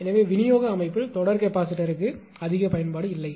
எனவே விநியோக அமைப்பில் தொடர் கெபாசிட்டர்க்கு அதிக பயன்பாடு இல்லை